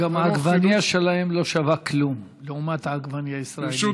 גם העגבנייה שלהם לא שווה כלום לעומת העגבנייה הישראלית.